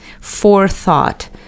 forethought